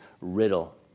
riddle